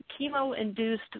chemo-induced